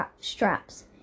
straps